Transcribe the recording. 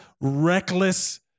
reckless